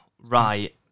right